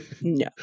No